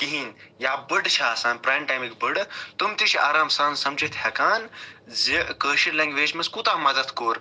کِہیٖنۍ یا بٔڑٕ چھِ آسان پرٛانہٕ ٹایمٕکۍ بٔڑٕ تِم تہِ چھِ آرام سان سَمجِتھ ہٮ۪کان زِ کٲشِر لٮ۪نٛگوٮ۪جہِ منٛز کوٗتاہ مَدتھ کوٚر